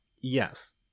Yes